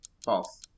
False